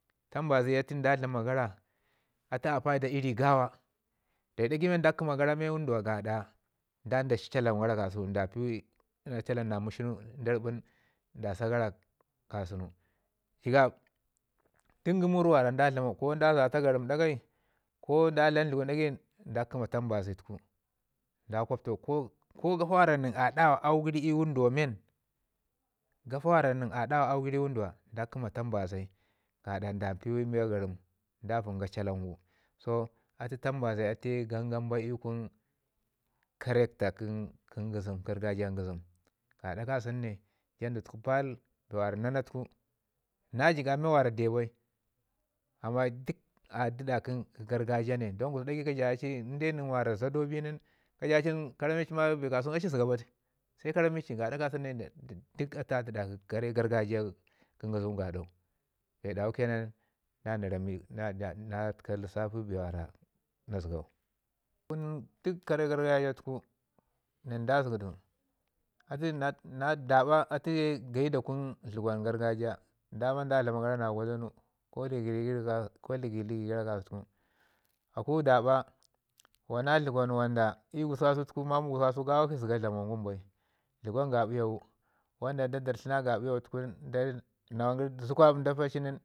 Tambazai atu nda dlama gara atu a paida i rii gawa, da ri dagai men nda kəma gara ii wunduwa gaɗa dan da si jalamm gara kasau nda pii wu jalamm na mushunu nda rubun da saa kasamu. Jigab duk ngumuri wara da dlamau ko da zata garəm ɗagai kasau da dlam dləgun ɗagai nda kəma tambazai tuku ko kafa nən wara a ɗawa auu gəri i wunduwa men, gafa nən mi a ɗawa auu gəri iui wunduwe nda kəma tambzai gaɗa nda mpiwu miya tambzai atu ye gangam bai i kun kare kə ngizim gargajiya kə ngizim. Gaɗa ka sunu ne jandu tuku baa, bee wara na na tuku na jigab men waka deu bai amman duk a diɗa gargajiya ne don gusku ɗagai men ka jaya ci wara zadau bi nin ka jaya ci ka rami ci bee kasau a ci zəga bai se ka rami ci gaɗa ka sunu ne duk atu a ɗiɗa kare gargajiya kə ngizim gu gaɗau. Bee dawu ke nan na təka lissapi bee wara na zəgau kun duk kare gargajiya tuku nən da zəgi du. Na dabə atu ye gayi da kun dləgwan gargajiya daman nda dlama gara na gwadanu ko ligi- ligi gara ka suteku. Aku daɗa wana dləgwan wanda mamau i gususku kasau akshi zəgu dlamau ngum bai dləgwan gaɓiyawu tunu nawan gəri zugwab nda paa ci nin